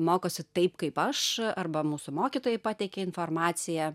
mokosi taip kaip aš arba mūsų mokytojai pateikia informaciją